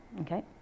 okay